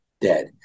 dead